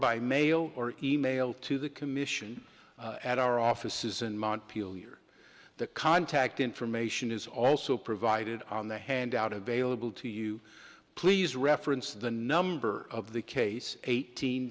by mail or e mail to the commission at our offices and montpelier the contact information is also provided on the handout available to you please reference the number of the case eighteen